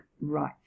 right